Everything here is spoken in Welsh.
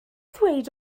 ddweud